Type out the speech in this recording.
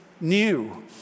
new